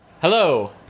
Hello